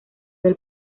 del